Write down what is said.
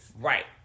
right